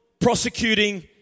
prosecuting